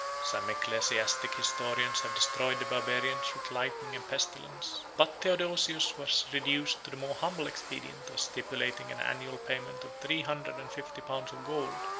some ecclesiastical historians have destroyed the barbarians with lightning and pestilence but theodosius was reduced to the more humble expedient of stipulating an annual payment of three hundred and fifty pounds of gold,